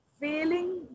failing